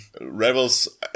rebels